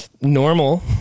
Normal